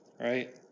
right